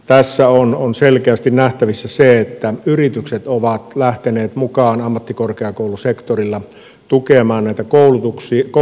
tässä on selkeästi nähtävissä se että yritykset ovat lähteneet mukaan ammattikorkeakoulusektorilla tukemaan koulutusta